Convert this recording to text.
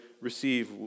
receive